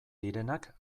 direnak